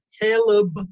Caleb